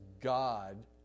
God